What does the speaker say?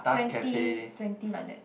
twenty twenty like that